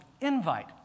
invite